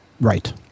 Right